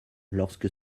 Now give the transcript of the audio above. lorsque